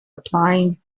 applying